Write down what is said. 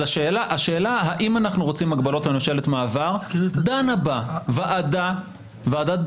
השאלה האם אנחנו רוצים הגבלות על ממשלת מעבר דנה בה ועדת ברנזון,